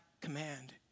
command